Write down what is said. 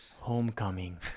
Homecoming